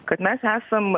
kad mes esam